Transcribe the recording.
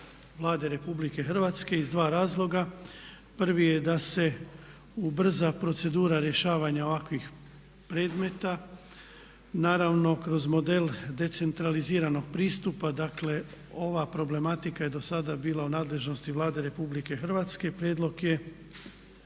Vlade Republike Hrvatske iz dva razloga. Prvi je da se ubrza procedura rješavanja ovakvih predmeta, naravno kroz model decentraliziranog pristupa. Dakle, ova problematika je dosada bila u nadležnosti Vlade Republike Hrvatske i prijedlog je